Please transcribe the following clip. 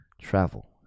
Travel